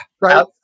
right